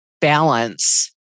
balance